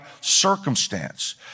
circumstance